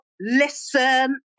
listen